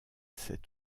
cet